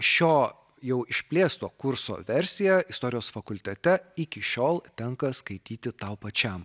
šio jau išplėsto kurso versiją istorijos fakultete iki šiol tenka skaityti tau pačiam